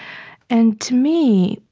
and to me,